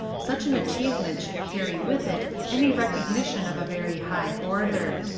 such an achievement should carry with it any recogni tion of a very high order.